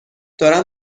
دارم